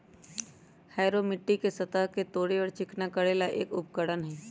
harrow मिट्टी के सतह के तोड़े और चिकना करे ला एक उपकरण हई